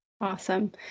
Awesome